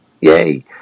yay